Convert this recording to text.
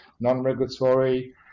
non-regulatory